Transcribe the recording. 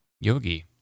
yogi